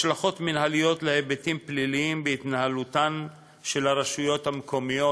השלכות מינהליות של היבטים פליליים בהתנהלותן של הרשויות המקומיות,